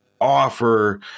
offer